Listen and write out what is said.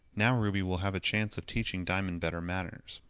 now ruby will have a chance of teaching diamond better manners.